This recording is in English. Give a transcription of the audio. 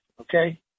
okay